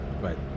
Right